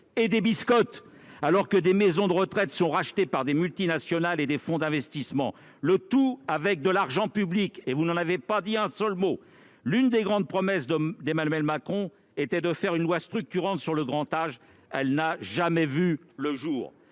et des biscottes ! Des maisons de retraite sont rachetées par des multinationales et des fonds d'investissement, le tout avec de l'argent public ! Vous n'en avez pas dit un seul mot. L'une des grandes promesses d'Emmanuel Macron était de faire une loi structurante sur le grand âge ; celle-ci n'a jamais vu le jour.